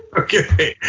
okay,